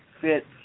fit